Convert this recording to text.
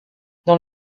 dans